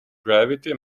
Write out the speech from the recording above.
gravity